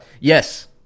Yes